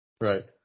Right